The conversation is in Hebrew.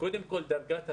דרגת התואר,